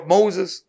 Moses